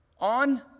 On